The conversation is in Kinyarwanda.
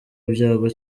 ibyago